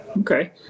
Okay